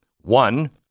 One